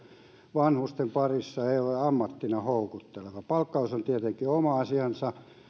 vanhusten parissa ei ole ammattina houkutteleva palkkaus on tietenkin oma asiansa